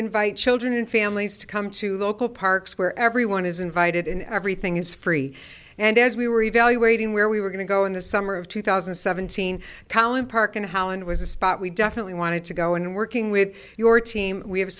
invite children and families to come to the local parks where everyone is invited and everything is free and as we were evaluating where we were going to go in the summer of two thousand and seventeen college park in holland was a spot we definitely wanted to go and working with your team we have